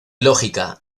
lógica